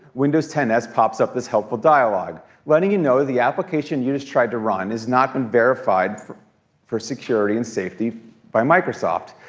windows ten s pops up this helpful dialog letting you know the application you just tried to run has not been verified for for security and safety by microsoft.